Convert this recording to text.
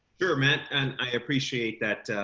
your man and i appreciate that.